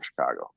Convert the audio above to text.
Chicago